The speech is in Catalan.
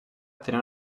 tenia